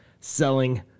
selling